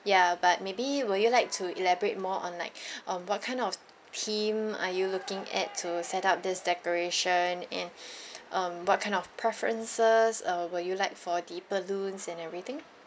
ya but maybe will you like to elaborate more on like um what kind of theme are you looking at to set up this decoration and um what kind of preferences err will you like for the balloons and everything